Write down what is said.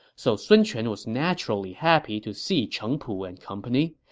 so sun quan was naturally happy to see cheng pu and company,